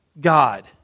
God